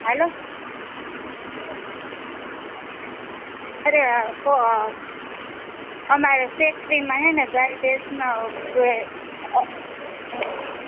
હાલો અરે પો અમારે ફેક્ટરીમાં હેને ગાય ભેંસના એ